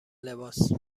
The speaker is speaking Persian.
لباس